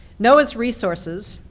noaa's resources,